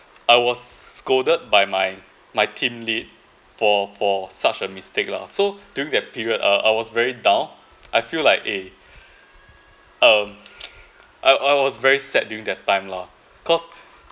I was scolded by my my team lead for for such a mistake lah so during that period uh I was very down I feel like eh um I I was very sad during that time lah cause